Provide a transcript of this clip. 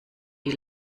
die